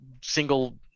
single